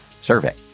survey